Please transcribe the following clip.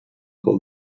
frau